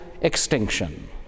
extinction